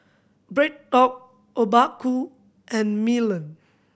BreadTalk Obaku and Milan